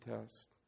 test